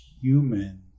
human